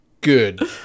good